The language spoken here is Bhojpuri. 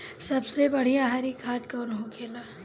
सबसे बढ़िया हरी खाद कवन होले?